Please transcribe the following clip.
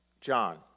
John